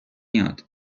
یاد